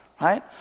right